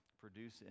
produce